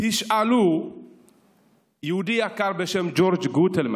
תשאלו יהודי יקר בשם ג'ורג' גוטלמן,